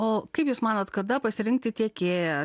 o kaip jūs manot kada pasirinkti tiekėją